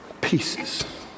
Pieces